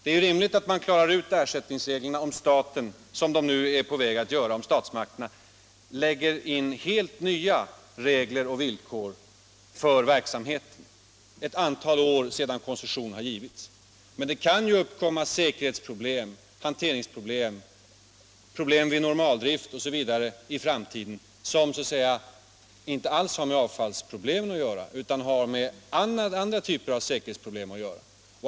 Det är rimligt att man klarar ut ersättningsreglerna om statsmakterna, som de nu är på väg att göra, bestämmer helt nya regler och villkor för verksamheten ett antal år sedan koncession har givits. Men det kan ju uppkomma säkerhetsproblem, hanteringsproblem, problem vid normaldrift osv. i framtiden, som inte alls har med avfallsproblemen att göra utan med andra typer av säkerhetsproblem.